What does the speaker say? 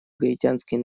гаитянской